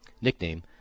nickname